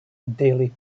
daily